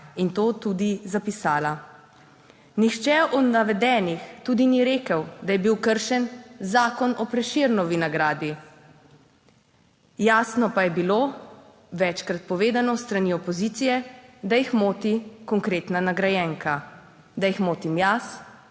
in to tudi zapisala. Nihče od navedenih tudi ni rekel, da je bil kršen Zakon o Prešernovi nagradi. Jasno pa je bilo večkrat povedano s strani opozicije, da jih moti konkretna nagrajenka, da jih motim jaz